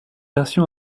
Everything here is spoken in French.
version